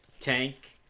Tank